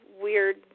weird